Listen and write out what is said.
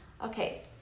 Okay